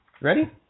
ready